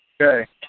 Okay